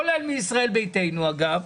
כולל מישראל ביתנו אגב,